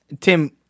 Tim